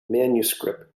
manuscript